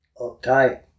uptight